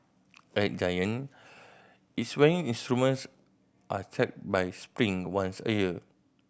at Giant its weighing instruments are checked by Spring once a year